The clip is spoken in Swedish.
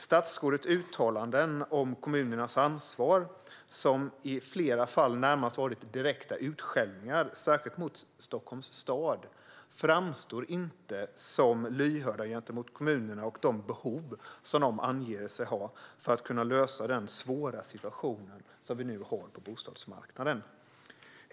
Statsrådets uttalanden om kommunernas ansvar, som i flera fall i det närmaste har varit direkta utskällningar, särskilt när det gäller Stockholms stad, framstår inte som lyhörda gentemot kommunerna och de behov som de anger sig ha för att kunna lösa den svåra situation som vi nu har på bostadsmarknaden.